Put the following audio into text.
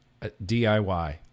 DIY